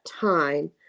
time